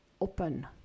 open